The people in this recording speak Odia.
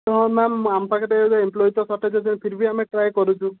ତ ମ୍ୟାମ୍ ଆମ ପାଖରେ ଏବେ ଏମ୍ପ୍ଲୋଇ ସଟେଜ୍ ଅଛନ୍ତି ଫିର୍ ବି ଆମେ ଟ୍ରାଏ କରୁଛୁ